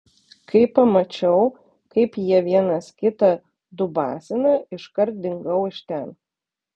kai pamačiau kaip jie vienas kitą dubasina iškart dingau iš ten